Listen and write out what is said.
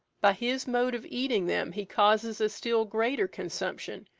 by his mode of eating them he causes a still greater consumption,